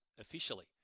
officially